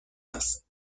است